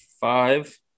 five